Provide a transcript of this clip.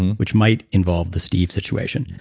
which might involve the steve situation.